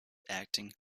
acting